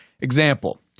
example –